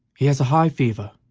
he has a high fever,